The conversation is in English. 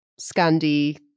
Scandi